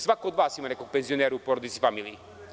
Svako od vas ima nekog penzionera u porodici i familiji.